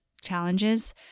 challenges